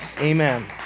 Amen